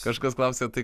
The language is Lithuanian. kažkas klausė tai